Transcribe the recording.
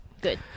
Good